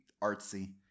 artsy